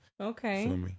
Okay